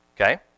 Okay